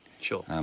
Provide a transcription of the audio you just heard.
Sure